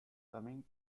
coming